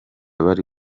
bari